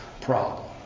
problem